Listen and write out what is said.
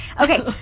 Okay